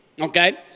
Okay